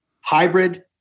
hybrid